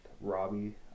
robbie